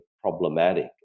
problematic